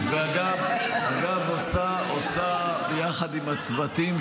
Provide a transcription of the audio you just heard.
40 בעד ההצעה להסיר מסדר-היום את הצעת החוק,